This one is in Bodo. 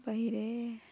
बाहिरे